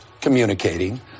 communicating